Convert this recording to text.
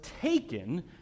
taken